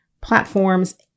platforms